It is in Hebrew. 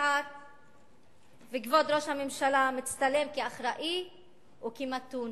וכבוד ראש הממשלה מצטלם כאחראי וכמתון.